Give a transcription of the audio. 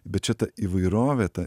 bet čia ta įvairovė ta